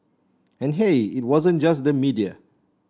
and hey it wasn't just the media